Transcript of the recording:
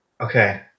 Okay